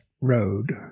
road